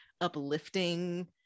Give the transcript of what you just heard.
uplifting